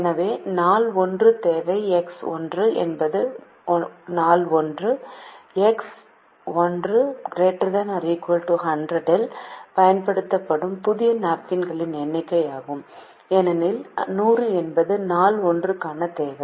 எனவே நாள் 1 தேவை எக்ஸ் 1 என்பது நாள் 1 எக்ஸ் 1 ≥ 100 இல் பயன்படுத்தப்படும் புதிய நாப்கின்களின் எண்ணிக்கையாகும் ஏனெனில் 100 என்பது நாள் 1 க்கான தேவை